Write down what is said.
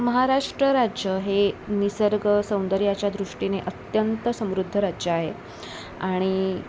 महाराष्ट्र राज्य हे निसर्गसौंदर्याच्या दृष्टीने अत्यंत समृद्ध राज्य आहे आणि